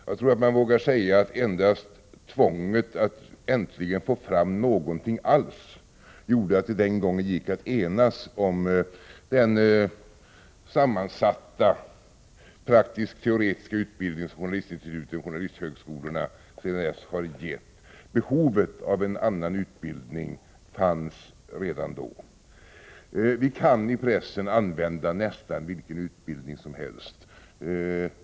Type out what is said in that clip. Jag tror att man vågar säga att endast tvånget att äntligen få fram någonting alls gjorde att det den gången gick att enas om den sammansatta praktiskteoretiska utbildning som instituten och journalisthögskolorna sedan dess har gett. Behovet av en annan utbildning fanns redan då. Vi kan i pressen använda nästan vilken utbildning som helst.